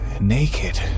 naked